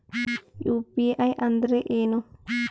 UPI ಅಂದ್ರೆ ಏನು?